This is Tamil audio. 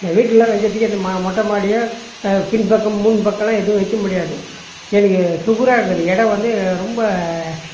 நான் வீட்லெலாம் வைக்கிறதுக்கு எந்த மா மொட்டை மாடியோ பின் பக்கம் முன் பக்கமெலாம் எதுவும் வைக்க முடியாது எனக்கு சுகுராக இருக்குது இட வந்து ரொம்ப